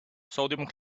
sodium